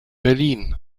berlin